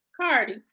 Cardi